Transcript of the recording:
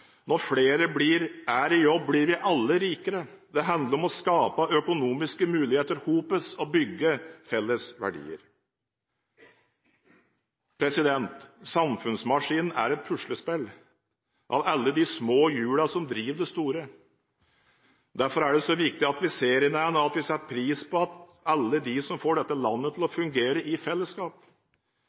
Når flere er i jobb, blir vi alle rikere. Det handler om å skape økonomiske muligheter sammen og bygge felles verdier. Samfunnsmaskinen er et puslespill av alle de små hjulene som driver det store. Derfor er det så viktig at vi ser hverandre, og at vi setter pris på alle de som får dette landet til å fungere i fellesskap